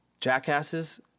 jackasses